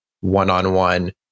one-on-one